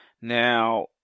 Now